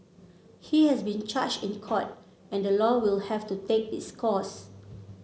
he has been charged in court and the law will have to take its course